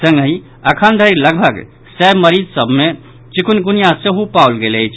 संगहि अखन धरि लगभग सय मरीज सभ मे चिकुनगुनिया सेहो पाओल गेल अछि